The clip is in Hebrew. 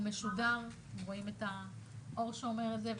הוא משודר, אתם רואים את האור שאומר את זה.